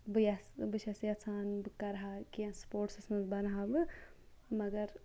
بہٕ یَژھٕ بہٕ چھَس یَژھان بہٕ کَرہا کینٛہہ سپوٹسَس مَنٛز بَنہِ ہا بہٕ مَگَر